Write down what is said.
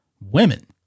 women